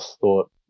thought